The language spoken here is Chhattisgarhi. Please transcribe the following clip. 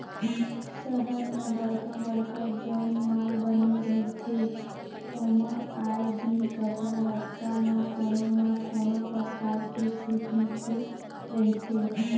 सहर म बड़का बड़का जउन माल बने रहिथे ओमा आए दिन कपड़ा लत्ता म कोनो न कोनो परकार के छूट मिलते रहिथे